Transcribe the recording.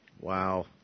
Wow